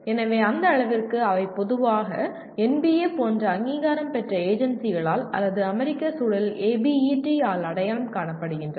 எனவே அந்த அளவுக்கு அவை பொதுவாக NBA போன்ற அங்கீகாரம் பெற்ற ஏஜென்சிகளால் அல்லது அமெரிக்க சூழலில் ABET ஆல் அடையாளம் காணப்படுகின்றன